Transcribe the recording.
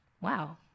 wow